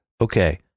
okay